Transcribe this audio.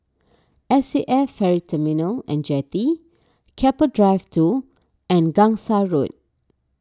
S A F Ferry Terminal and Jetty Keppel Drive two and Gangsa Road